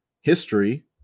History